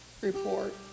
report